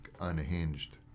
Unhinged